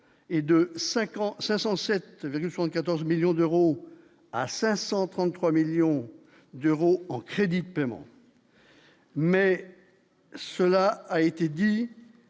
sont 14 millions d'euros à 533 millions d'euros en crédit de paiement. Mais cela a été dit,